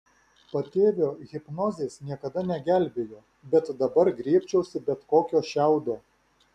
patėvio hipnozės niekada negelbėjo bet dabar griebčiausi bet kokio šiaudo